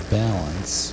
balance